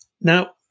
Now